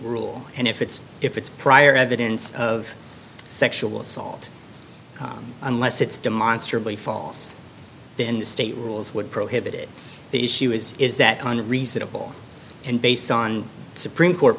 rule and if it's if it's prior evidence of sexual assault unless it's demonstrably false then the state rules would prohibit it the issue is is that on a reasonable and based on supreme court